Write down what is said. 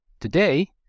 Today